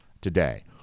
today